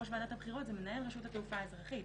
ועדת הבחירות זה מנהל רשות התעופה האזרחית.